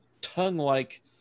tongue-like